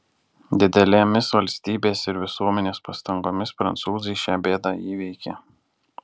didelėmis valstybės ir visuomenės pastangomis prancūzai šią bėdą įveikė